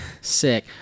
Sick